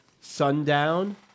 sundown